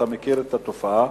אתה מכיר את התופעה.